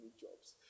jobs